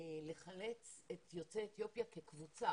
לחלץ את יוצאי אתיופיה כקבוצה.